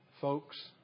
Folks